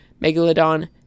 Megalodon